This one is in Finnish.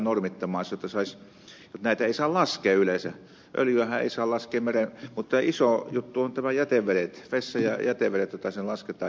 näitä ei saa laskea yleensä öljyähän ei saa laskea mereen mutta iso juttu on nämä jätevedet vessa ja jätevedet joita sinne lasketaan